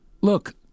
Look